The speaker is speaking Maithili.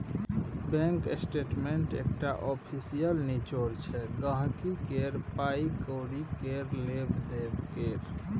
बैंक स्टेटमेंट एकटा आफिसियल निचोड़ छै गांहिकी केर पाइ कौड़ी केर लेब देब केर